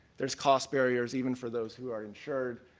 there's cost barriers even for those who are insured,